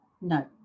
No